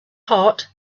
heart